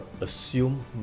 assume